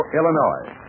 Illinois